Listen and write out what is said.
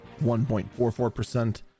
1.44%